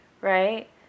right